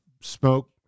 smoke